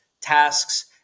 tasks